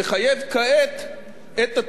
את התיקון הזה בהכנסות המדינה.